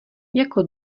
jako